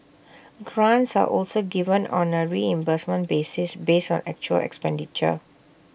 grants are also given on A reimbursement basis based on actual expenditure